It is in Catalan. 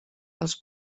els